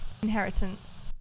inheritance